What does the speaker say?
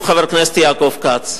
והוא חבר הכנסת יעקב כץ.